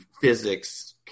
physics